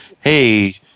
hey